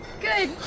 Good